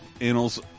annals